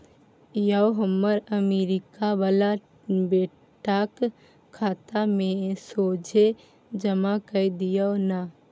यौ हमर अमरीका बला बेटाक खाता मे सोझे जमा कए दियौ न